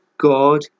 God